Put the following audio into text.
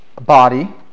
body